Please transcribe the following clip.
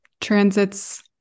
transits